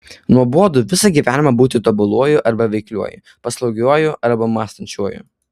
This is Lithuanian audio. nuobodu visą gyvenimą būti tobuluoju arba veikliuoju paslaugiuoju arba mąstančiuoju